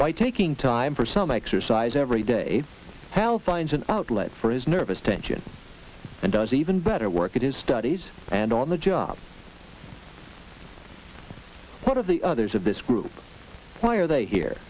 by taking time for some exercise every day help finds an outlet for his nervous tension and does even better work at his studies and on the job one of the others of this group why are they here